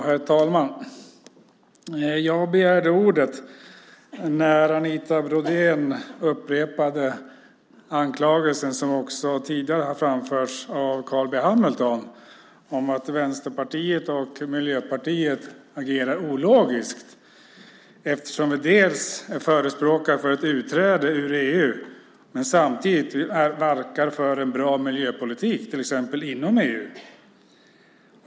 Herr talman! Jag begärde ordet när Anita Brodén upprepade anklagelsen, som tidigare har framförts av Carl B Hamilton, att Vänsterpartiet och Miljöpartiet agerar ologiskt eftersom vi är förespråkare för ett utträde ur EU men samtidigt verkar för en bra miljöpolitik, till exempel inom EU.